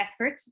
effort